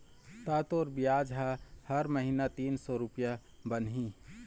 ता तोर बियाज ह हर महिना तीन सौ रुपया बनही